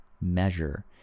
measure